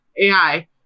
AI